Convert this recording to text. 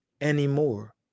anymore